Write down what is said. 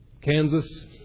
Kansas